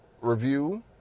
review